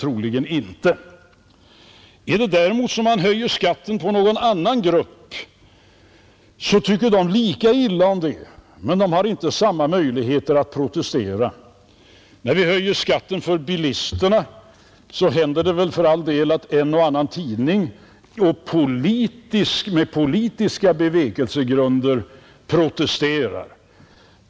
Troligen inte. Är det däremot så att vi höjer skatten för någon annan grupp så tycker den lika illa om det, men den har inte samma möjligheter att protestera. När vi höjer skatten för bilisterna så händer det för all del att en och annan tidning med politiska bevekelsegrunder protesterar.